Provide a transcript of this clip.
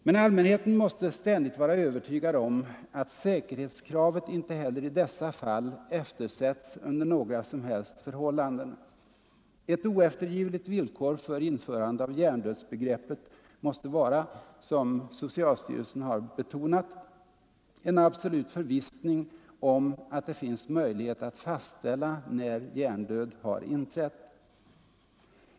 Men allmänheten måste ständigt vara övertygad om att säkerhetskravet inte heller i dessa fall eftersätts under några som helst förhållanden. Ett oeftergivligt villkor för införande av hjärndödsbegreppet måste vara, som socialstyrelsen betonat, ”en absolut förvissning om att det finns möjlighet att fastställa när hjärndöd inträtt”.